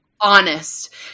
honest